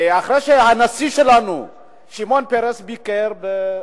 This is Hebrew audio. אחרי שהנשיא שלנו שמעון פרס ביקר בברית-המועצות,